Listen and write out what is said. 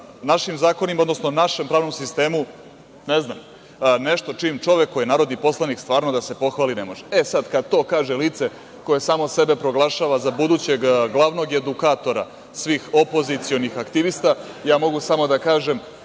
našim zakonima, odnosno našem pravnom sistemu, ne znam, nešto čime čovek koji je narodni poslanik stvarno da se pohvali ne može. E, sad kad to kaže lice koje samo sebe proglašava za budućeg glavnog edukatora svih opozicionih aktivista, mogu samo da kažem